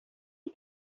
ils